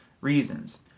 reasons